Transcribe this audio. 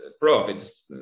profits